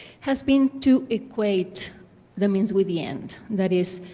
has been to equate the means with the end. that is,